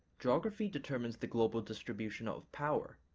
geography determines the global distribution of power,